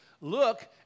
look